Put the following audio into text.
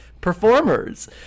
performers